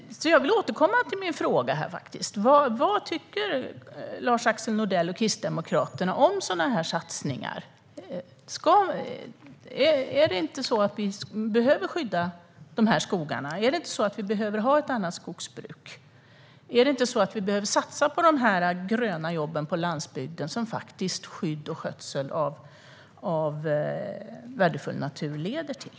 Jag vill återkomma till min fråga: Vad tycker Lars-Axel Nordell och Kristdemokraterna om sådana satsningar? Behöver vi inte skydda dessa skogar och ha ett annat skogsbruk? Behöver vi inte satsa på de gröna jobb på landsbygden som skydd och skötsel av värdefull natur leder till?